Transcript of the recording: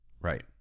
Right